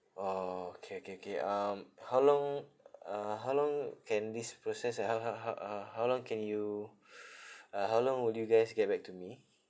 orh okay okay okay um how long uh how long can this process uh how how how uh how long can you uh how long will you guys get back to me